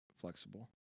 flexible